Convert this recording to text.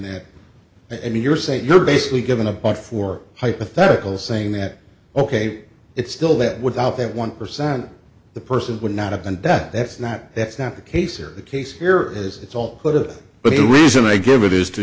and you're saying you're basically given a thought for hypothetical saying that ok it's still that without that one percent the person would not have been death that's not that's not the case or the case here is it's all put it but the reason i give it is to